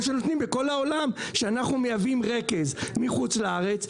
שנותנים בכל העולם שאנחנו מייבאים רכז מחוץ לארץ,